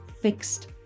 fixed